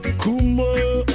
kumo